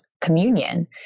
communion